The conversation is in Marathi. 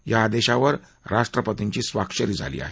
या आदधीवर राष्ट्रपतींची स्वाक्षरी झाली आहे